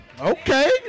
Okay